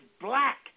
black